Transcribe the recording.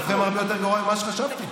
מצבכם הרבה יותר גרוע ממה שחשבתי.